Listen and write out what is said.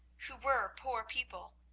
who were poor people,